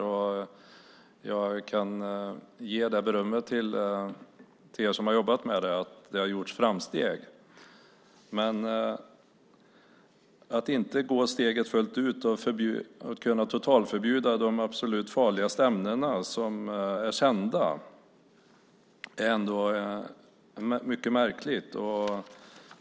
Och jag kan ge berömmet till er som har jobbat med det att det har gjorts framsteg, men att inte ta steget fullt ut och kunna totalförbjuda de absolut farligaste ämnena som är kända är ändå mycket märkligt.